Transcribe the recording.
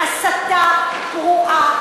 די, אי-אפשר לשמוע את זה יותר, הסתה זולה, פרועה.